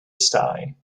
sky